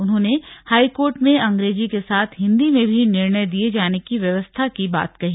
उन्होंने हाईकोर्ट में अंग्रेजी के साथ हिन्दी में भी निर्णय दिये जाने की व्यवस्था की बात कही